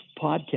podcast